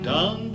Down